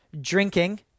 drinking